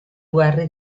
guerre